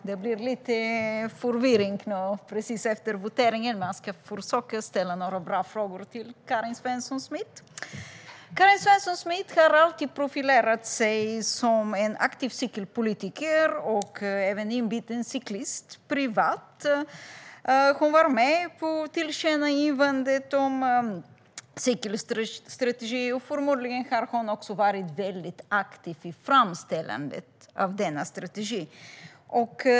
Herr talman! Jag ska ställa några frågor till Karin Svensson Smith. Karin Svensson Smith har alltid profilerat sig som en aktiv cykelpolitiker och även som en inbiten cyklist privat. Hon var med på tillkännagivandet om en cykelstrategi. Förmodligen har hon också varit väldigt aktiv vid framställandet av denna strategi.